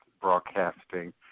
Broadcasting